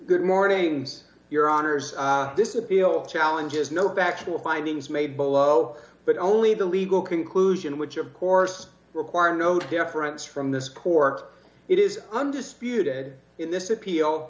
good morning your honour's this appeal challenges no factual findings made below but only the legal conclusion which of course require no difference from this court it is undisputed in this appeal